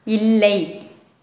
இல்லை